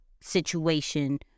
situation